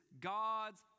God's